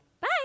Bye